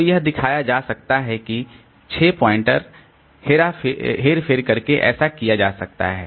तो यह दिखाया जा सकता है कि 6 पॉइंटर्स हेरफेर करके ऐसा किया जा सकता है